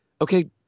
Okay